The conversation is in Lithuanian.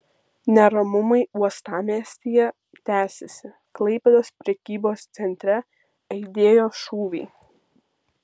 neramumai uostamiestyje tęsiasi klaipėdos prekybos centre aidėjo šūviai